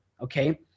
okay